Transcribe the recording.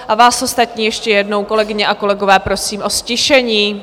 A vás ostatní ještě jednou, kolegyně a kolegyně, prosím o ztišení.